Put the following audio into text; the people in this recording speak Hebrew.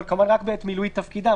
אבל הכוונה רק בעת מילוי תפקידם,